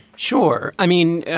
sure. i mean,